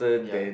ya